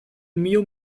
mio